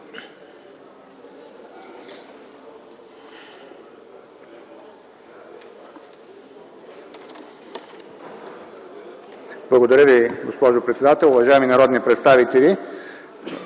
Благодаря Ви, госпожо председател. Уважаеми народни представители,